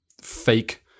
fake